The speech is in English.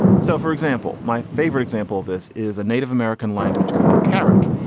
so, for example, my favorite example, this is a native american language called carrick.